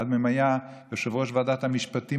אחד מהם היה יושב-ראש ועדת המשפטים